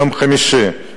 ביום חמישי,